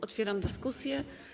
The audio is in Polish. Otwieram dyskusję.